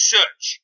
Search